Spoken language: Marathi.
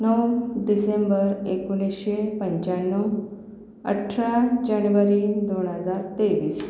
नऊ डिसेंबर एकोणीसशे पंच्याण्णव अठरा जानेवारी दोन हजार तेवीस